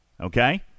Okay